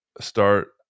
start